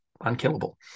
unkillable